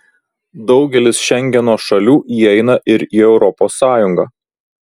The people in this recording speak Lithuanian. daugelis šengeno šalių įeina ir į europos sąjungą